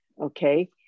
okay